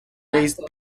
raised